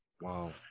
Wow